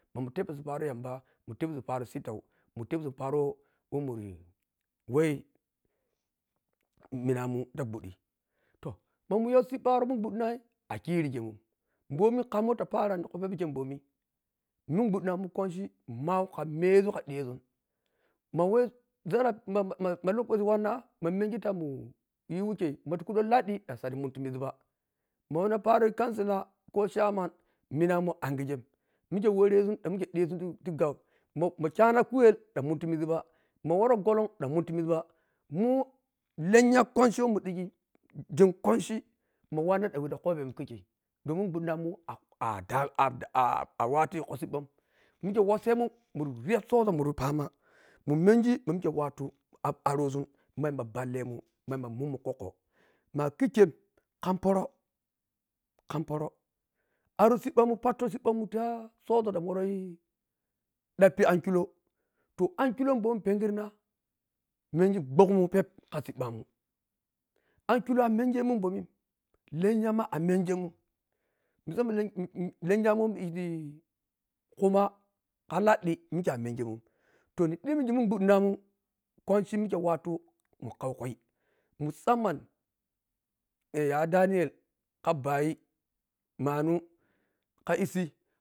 Mun lebsun paroni yamba mun tebsun pari sittau muntebsun paro wamuri wah minamun ta gbwadhi toh mamun yho paro sibba mungbwandhina a khirigemun bomi kham wata parani ti khunphebe munkhe bome mun ghdhira mun kwanchi mau kha meʒum khadhiyhesun ma wah zaraf ma ma ma lokachi wanna mamikhe ta munyi wikhe mafi khudho muniti misba ma wanna pari coucila ko chairman minamun angighe mikhe worisun dhang mikhe kheresun dhang mikhe kheresun ti gang ma kyana khuyel dhan muni ti misba ma torogho lung dhank muniti misba mu lennya kwanchi khewa mundhigi ging kwanchi ma wanna dhankwah ta khobemun khikhei dhan mun gbwadhinamun a watii khusibban mikhe wosemun muririya yha soʒo muripama muni mengi ma mikhe watu ab’aro sun ma yamba ballemun ma mumen kwokwo ma akikye kham poro khamporo aro siɓɓamun pattosibba mun ta soʒo ta woro yayhi dhappi ankilo to ankilo bomi pengirna mengi bhumun peep kha sibbamun ankilo amenghemun bomi lennya ma a menegemun musam “aa” lennyamun wa dhiti khuma kha lendhi mikhe amengemun to nidhemmige munggbwadhinamun kwanchi mikhe watu munkhaukhui musamma yaya baniel kha bayi manu kha issi